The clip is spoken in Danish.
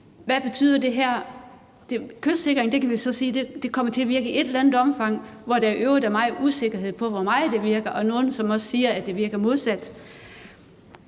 Hvad betyder det her? Vi kan så sige, at kystsikring kommer til at virke i et eller andet omfang, men der er i øvrigt meget usikkerhed om, hvor meget det virker, og der er nogle, som også siger, at det virker modsat.